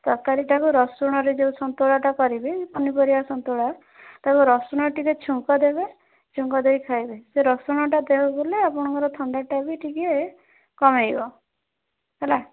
ତରକାରୀଟାକୁ ରସୁଣରେ ଯେଉଁ ସନ୍ତୁଳାଟା କରିବେ ପନିପରିବା ସନ୍ତୁଳା ତାକୁ ରସୁଣରେ ଟିକିଏ ଛୁଙ୍କ ଦେବେ ଛୁଙ୍କ ଦେଇ ଖାଇବେ ସେ ରସୁଣଟା ଦେହକୁ ଗଲେ ଆପଣଙ୍କର ଥଣ୍ଡାଟା ବି ଟିକିଏ କମାଇବ ହେଲା